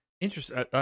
Interesting